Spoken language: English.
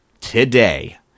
today